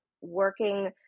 working